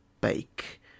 bake